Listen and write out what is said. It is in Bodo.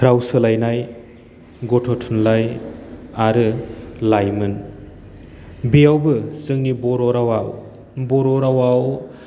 राव सोलायनाइ गथ' थुनलाइ आरो लायमोन बेयावबो जोंनि बर' रावा बर' रावाव